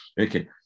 Okay